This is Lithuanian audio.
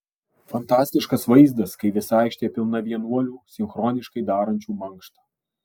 fantastiškas vaizdas kai visa aikštė pilna vienuolių sinchroniškai darančių mankštą